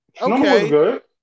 okay